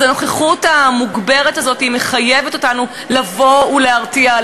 הנוכחות המוגברת הזאת מחייבת אותנו לבוא ולהרתיע,